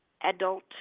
adult